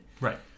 right